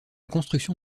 construction